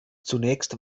zunächst